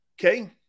Okay